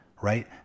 right